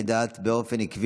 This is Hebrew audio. הודעת הממשלה